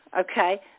okay